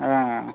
हॅं